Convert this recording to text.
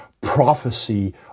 prophecy